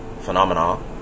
phenomena